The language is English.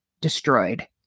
destroyed